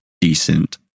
decent